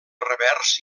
revers